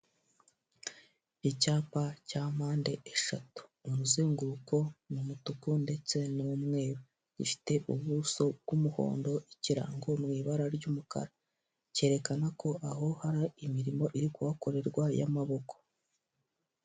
Icyapa cya mpande eshatu, umuzenguruko w'umutuku ndetse n'umweru gifite ubuso bw'umuhondo ikirango kiri m'ibara ry'umukara cyerekana ko aho hari imirimo iri kuhakorerwa y'amaboko.